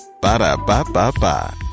Ba-da-ba-ba-ba